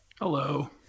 hello